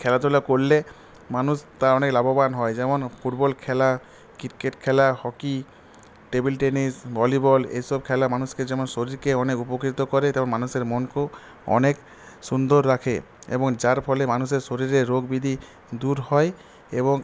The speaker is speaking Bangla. খেলাধুলা করলে মানুষ তা অনেক লাভবান হয় যেমন ফুটবল খেলা ক্রিকেট খেলা হকি টেবিল টেনিস ভলিবল এসব খেলা মানুষকে যেমন শরীরকে অনেক উপকৃত করে তেমন মানুষের মনকেও অনেক সুন্দর রাখে এবং যার ফলে মানুষের শরীরে রোগব্যাধি দূর হয় এবং